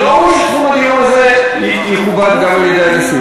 וראוי שתחום הדיון הזה יכובד גם על-ידי הנשיאות.